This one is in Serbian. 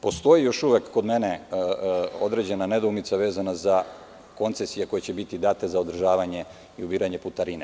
Postoji još uvek kod mene određena nedoumica vezana za koncesije koje će biti date za održavanje i ubiranje putarine.